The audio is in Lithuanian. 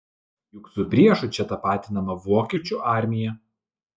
juk su priešu čia tapatinama vokiečių armija